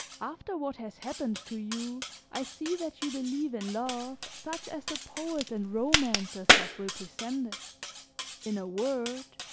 after what has happened to you i see that you believe in love such as the poets and romancers have represented in a word,